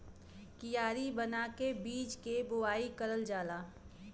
कियारी बना के बीज के बोवाई करल जाला